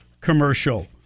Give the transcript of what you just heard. commercial